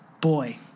boy